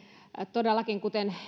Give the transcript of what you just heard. todellakin kuten